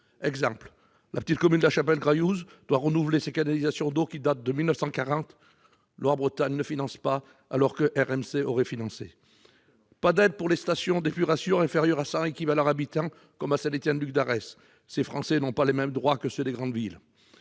exemple, la petite commune de Lachapelle-Graillouse doit renouveler ses canalisations d'eau qui datent de 1940. Loire-Bretagne ne finance pas, alors que Rhône-Méditerranée-Corse l'aurait fait. Exactement ! Pas d'aide pour les stations d'épuration inférieures à 180 habitants, comme à Saint-Étienne-de-Lugdarès. Ces Français n'ont pas les mêmes droits que ceux des grandes villes